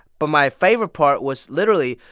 but my favorite part was literally,